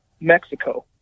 Mexico